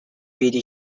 beatty